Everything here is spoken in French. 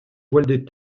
voiles